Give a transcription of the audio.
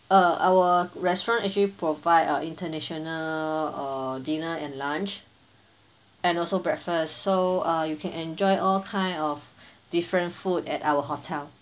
uh our restaurant actually provide uh international uh dinner and lunch and also breakfast so uh you can enjoy all kind of different food at our hotel